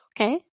okay